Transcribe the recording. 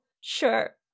sure